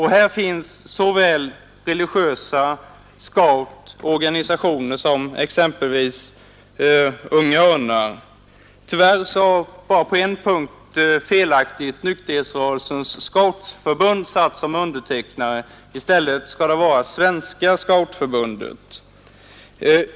Här finns både religiösa organisationer, scoutorganisationer och organisationer som Unga örnar. Tyvärr har Nykterhetsrörelsens scoutförbund felaktigt satts som undertecknare. I stället skall det vara Svenska scoutförbundet.